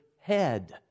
head